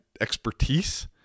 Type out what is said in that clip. expertise